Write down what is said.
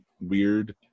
weird